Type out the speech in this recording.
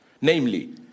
namely